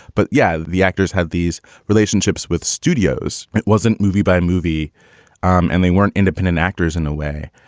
but yeah, the actors have these relationships with studios. it wasn't movie by movie um and they weren't independent actors in a way.